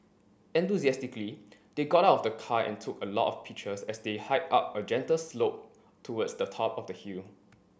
enthusiastically they got out of the car and took a lot of pictures as they hiked up a gentle slope towards the top of the hill